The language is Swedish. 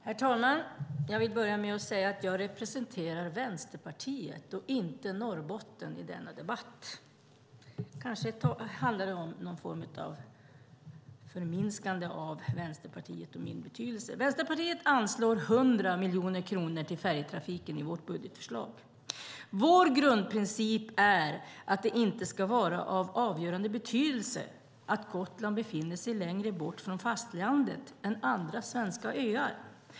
Herr talman! Jag vill börja med att säga att jag representerar Vänsterpartiet och inte Norrbotten i denna debatt. Det kanske handlar om någon form av förminskande av Vänsterpartiets och min betydelse. Vänsterpartiet anslår i sitt budgetförslag 100 miljoner kronor till färjetrafiken. Vår grundprincip är att det inte ska vara av avgörande betydelse att Gotland befinner sig längre bort från fastlandet än andra svenska öar.